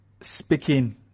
speaking